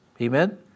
Amen